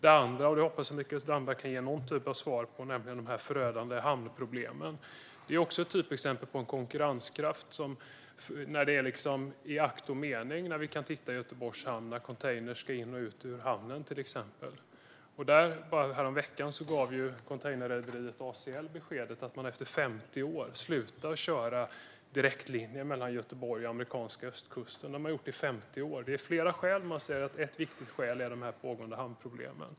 Det andra hoppas jag att Mikael Damberg kan ge någon typ av svar på. Det gäller de förödande hamnproblemen. Det är ett typexempel på en konkurrenskraft. Vi kan i akt och mening titta på Göteborgs hamn när till exempel containrar ska ut och in i hamnen. Bara häromveckan gav containerrederiet ACL beskedet att man efter 50 år slutar att köra direktlinjen mellan Göteborg och amerikanska östkusten. Det finns flera skäl. Ett viktigt skäl är de pågående hamnproblemen.